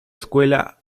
escuela